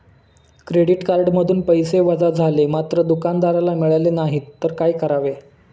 Credit कार्डमधून पैसे वजा झाले मात्र दुकानदाराला मिळाले नाहीत तर काय करावे?